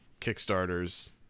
kickstarters